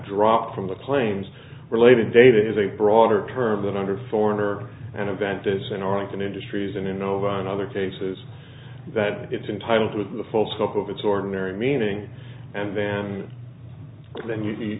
dropped from the claims related data is a broader term than under foreigner and event as in arlington industries and in other cases that it's entitled with the full scope of its ordinary meaning and then the